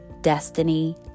destiny